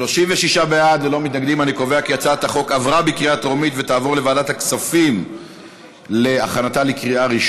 התשע"ז 2016, לוועדת הכספים נתקבלה.